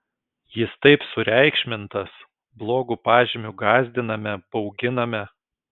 jis taip sureikšmintas blogu pažymiu gąsdiname bauginame